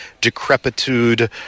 decrepitude